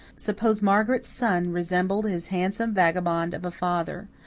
suppose margaret's son resembled his handsome vagabond of a father!